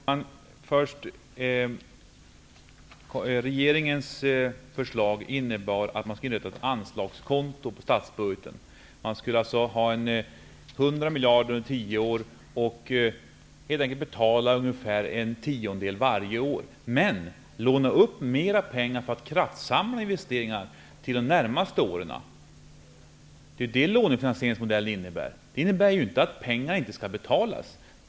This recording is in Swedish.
Herr talman! Regeringens förslag innebar att man skulle inrätta ett anslagskonto på statsbudgeten. Man skulle alltså ha 100 miljarder under 10 år och helt enkelt betala en tiondel varje år. Men man skulle låna upp mer pengar för kraftsamlingar i investeringar under de närmaste åren. Den lånefinansieringen innebär ju inte att pengarna inte skall betalas.